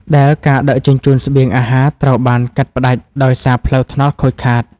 ដែលការដឹកជញ្ជូនស្បៀងអាហារត្រូវបានកាត់ផ្ដាច់ដោយសារផ្លូវថ្នល់ខូចខាត។